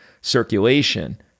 circulation